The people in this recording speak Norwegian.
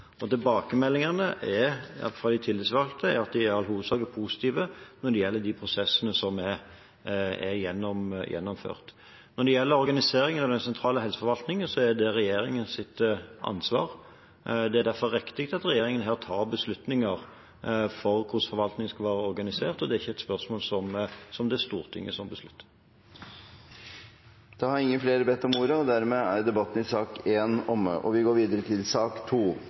organisasjonsendringene. Tilbakemeldingene fra de tillitsvalgte er at de i all hovedsak er positive når det gjelder de prosessene som er gjennomført. Når det gjelder organiseringen av den sentrale helseforvaltningen, er det regjeringens ansvar. Det er derfor riktig at regjeringen her tar beslutninger om hvordan forvaltningen skal være organisert, og det er ikke et spørsmål som det er Stortinget som beslutter. Replikkordskiftet er omme. Flere har ikke bedt om ordet til sak